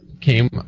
came